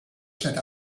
set